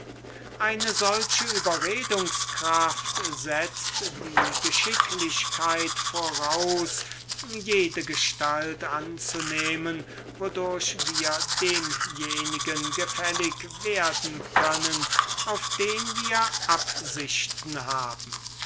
halten diese überredungskraft setzt die geschicklichkeit voraus jede gestalt anzunehmen wodurch wir demjenigen gefällig werden können auf den wir absichten haben